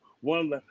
one